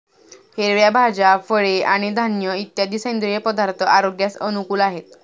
हिरव्या भाज्या, फळे आणि धान्य इत्यादी सेंद्रिय पदार्थ आरोग्यास अनुकूल आहेत